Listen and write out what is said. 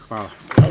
Hvala.